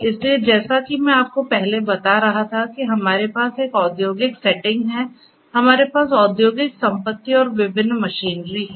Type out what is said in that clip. इसलिए जैसा कि मैं आपको पहले बता रहा था कि हमारे पास एक औद्योगिक सेटिंग है हमारे पास औद्योगिक संपत्ति और विभिन्न मशीनरी हैं